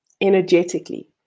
energetically